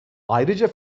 ayrıca